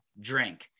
drink